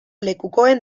lekukoen